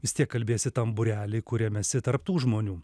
vis tiek kalbėsi tam būrelį kuriam esi tarp tų žmonių